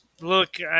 look